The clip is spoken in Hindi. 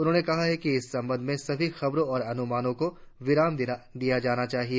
उन्होंने कहा कि इस संबंध में सभी खबरों और अनुमानों को विराम दिया जाना चाहिए